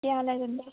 केह् हाल ऐ तुं'दा